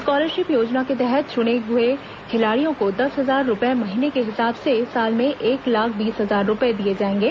scholarship योजना के तहत चुने हुए खिलाड़ियों को दस हजार रूपये महीने के हिसाब से साल में एक लाख बीस हजार रूपये दिए जाएंगे